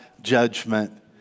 judgment